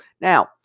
Now